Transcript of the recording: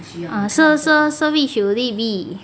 so so so which would it be